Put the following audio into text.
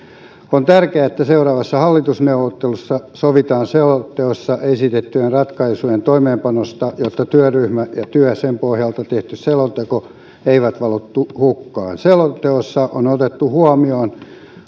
on tärkeää että seuraavassa hallitusneuvottelussa sovitaan selonteossa esitettyjen ratkaisujen toimeenpanosta jotta työryhmä ja sen työ ja sen pohjalta tehty selonteko eivät valu hukkaan selonteossa on otettu huomioon